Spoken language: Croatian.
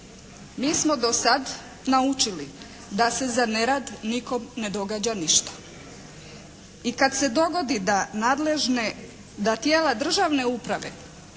Mi smo do sad naučili da se za nerad nikom ne događa ništa. I kad se dogodi da nadležne, da tijela državne uprave